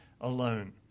alone